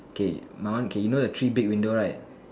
K my one K you know the three big window right